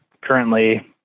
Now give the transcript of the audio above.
currently